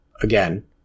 again